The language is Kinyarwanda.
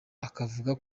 akavuga